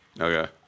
Okay